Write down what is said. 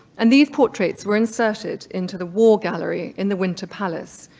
and these portraits were inserted into the war gallery in the winter palace,